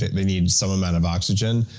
they need some amount of oxygen,